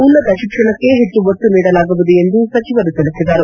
ಉನ್ನತ ಶಿಕ್ಷಣಕ್ಕೆ ಹೆಚ್ಚು ಒತ್ತು ನೀಡಲಾಗುವುದು ಎಂದು ಸಚಿವರು ತಿಳಿಸಿದರು